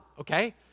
okay